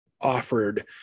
offered